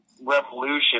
revolution